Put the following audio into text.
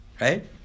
right